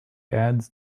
ads